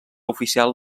oficial